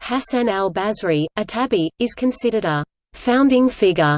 hasan al-basri, a tabi, is considered a founding figure